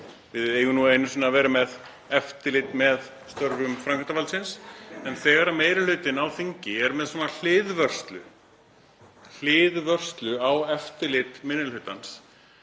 Við eigum nú einu sinni að hafa eftirlit með störfum framkvæmdarvaldsins. En þegar meiri hlutinn á þingi er með svona hliðvörslu á eftirliti minni hlutans